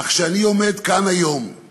אך כשאני עומד כאן היום אני